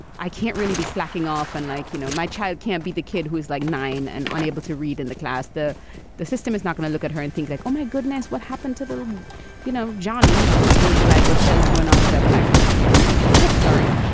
i can't really be slacking off. and like, you know, my child can't be the kid who is like nine and unable to read in the class. the the system is not going to look at her and think like, oh, my goodness, what happened to the you know, johnny? there'll be like, what the hell's going on with that black kid who can't read? so sorry